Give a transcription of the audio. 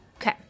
Okay